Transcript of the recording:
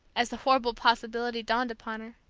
as the horrible possibility dawned upon her,